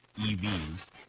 EVs